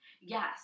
yes